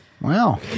Wow